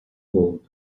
gold